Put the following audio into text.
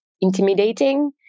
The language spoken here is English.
intimidating